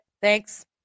thanks